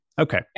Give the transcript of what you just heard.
Okay